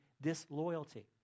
disloyalty